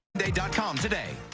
dot com today.